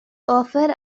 offered